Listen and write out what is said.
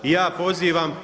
I ja pozivam